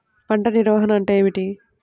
పంట నిర్వాహణ అంటే ఏమిటి?